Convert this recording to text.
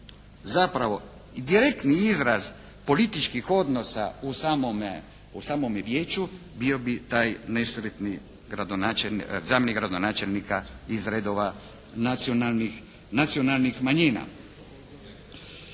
zapravo direktni izraz političkih odnosa u samome vijeću, bio bi taj nesretni zamjenik gradonačelnika iz redova nacionalnih manjina.